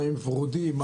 מים ורודים,